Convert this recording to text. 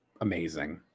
Amazing